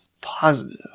Positive